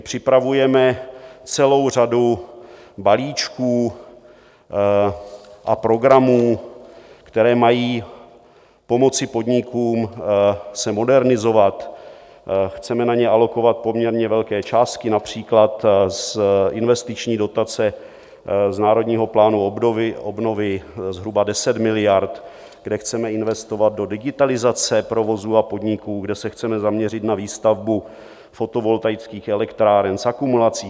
Připravujeme celou řadu balíčků a programů, které mají pomoci podnikům se modernizovat, chceme na ně alokovat poměrně velké částky, například z investiční dotace z Národního plánu obnovy zhruba 10 miliard, kde chceme investovat do digitalizace provozů a podniků, kde se chceme zaměřit na výstavbu fotovoltaických elektráren s akumulací.